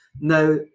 now